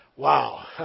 Wow